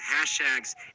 hashtags